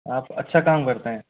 आप अच्छा काम करते हैं